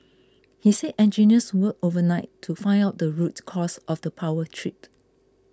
he said engineers worked overnight to find out the root cause of the power trip